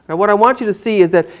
and what i want you to see is that,